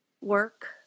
work